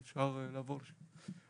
(שקף: רמות הגמלה לפני הרפורמה ואחריה).